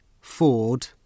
Ford